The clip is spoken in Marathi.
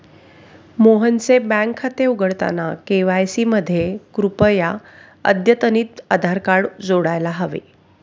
मोहनचे बँक खाते उघडताना के.वाय.सी मध्ये कृपया अद्यतनितआधार कार्ड जोडायला हवे